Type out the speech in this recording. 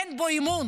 אין בו אמון.